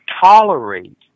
tolerate